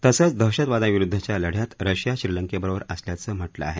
तसंच दहशतवादाविरुद्धच्या लढयात रशिया श्रीलंकेबरोबर असल्याचं म्हटलं आहे